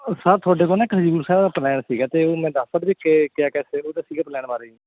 ਉਹ ਸਰ ਤੁਹਾਡੇ ਕੋਲ ਨਾ ਇੱਕ ਹਜੂਰ ਸਾਹਿਬ ਦਾ ਪਲੈਨ ਸੀਗਾ ਅਤੇ ਉਹ ਮੈਨੂੰ ਦੱਸ ਸਕਦੇ ਕਿ ਕਿਆ ਕਿਆ ਸੀਗਾ ਉਹਦਾ ਸੀਗਾ ਪਲੈਨ ਬਾਰੇ ਜੀ